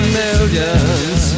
millions